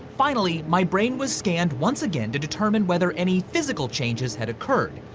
finally, my brain was scanned once again, to determine whether any physical changes had occurred.